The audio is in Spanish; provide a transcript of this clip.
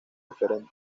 diferentes